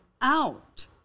Out